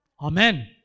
Amen